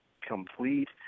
complete